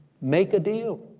make a deal.